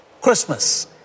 Christmas